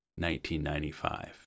1995